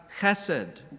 chesed